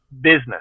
business